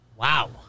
Wow